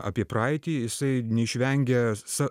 apie praeitį jisai neišvengia sa